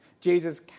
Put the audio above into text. Jesus